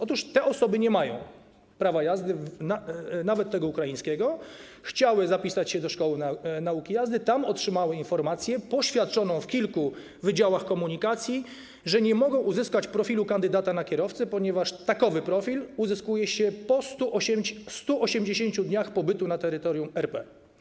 Otóż te osoby nie mają prawa jazdy, nawet ukraińskiego, chciały zapisać się do szkoły nauki jazdy, tam otrzymały informację, poświadczoną w kilku wydziałach komunikacji, że nie mogą uzyskać profilu kandydata na kierowcę, ponieważ takowy profil uzyskuje się po 180 dniach pobytu na terytorium RP.